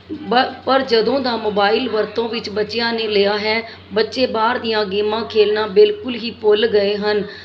ਬ ਪਰ ਜਦੋਂ ਦਾ ਮੋਬਾਈਲ ਵਰਤੋਂ ਵਿੱਚ ਬੱਚਿਆਂ ਨੇ ਲਿਆ ਹੈ ਬੱਚੇ ਬਾਹਰ ਦੀਆਂ ਗੇਮਾਂ ਖੇਡਣਾ ਬਿਲਕੁਲ ਹੀ ਭੁੱਲ ਗਏ ਹਨ